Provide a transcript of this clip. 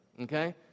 okay